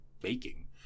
baking